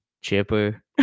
Chipper